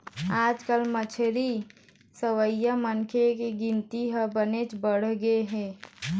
आजकाल मछरी खवइया मनखे के गिनती ह बनेच बाढ़गे हे